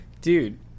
dude